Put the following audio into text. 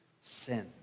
sin